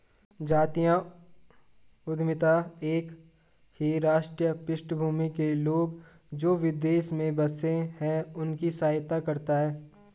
जातीय उद्यमिता एक ही राष्ट्रीय पृष्ठभूमि के लोग, जो विदेश में बसे हैं उनकी सहायता करता है